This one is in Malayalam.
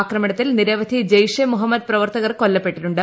ആക്രമണത്തിൽ നിരവധി ജെയ്ഷെ മുഹമ്മദ് പ്രവർത്തകർ കൊല്ലപ്പെട്ടിട്ടുണ്ട്